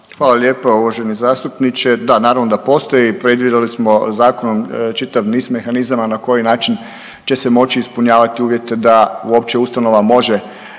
Hvala lijepa uvaženi zastupniče. Da, naravno da postoji, predvidjeli smo zakonom čitav niz mehanizama na koji način će se moći ispunjavati uvjete da uopće ustanova može